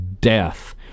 death